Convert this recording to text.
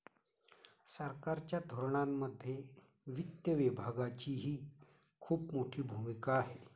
सरकारच्या धोरणांमध्ये वित्त विभागाचीही खूप मोठी भूमिका आहे